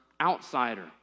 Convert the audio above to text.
outsider